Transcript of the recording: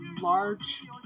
large